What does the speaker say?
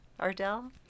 Ardell